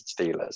Steelers